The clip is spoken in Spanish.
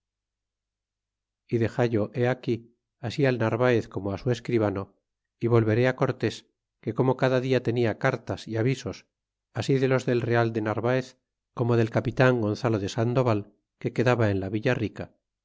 he aquí así al narvaez como á su escribano é volveré á cortés que como cada dia tenia cartas é avisos así de los del real de narvaez como del gonzalo de sandoval que quedaba en capitan la villa rica